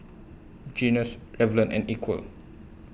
Guinness Revlon and Equal